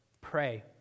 Pray